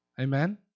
Amen